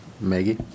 Maggie